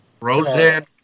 Roseanne